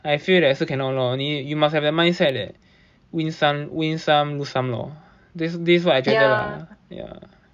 I feel that 也是 cannot lor 你 you must have your mindset that win some win some lose some lor this this what I 觉得啦